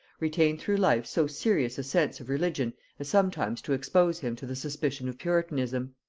retained through life so serious a sense of religion as sometimes to expose him to the suspicion of puritanism.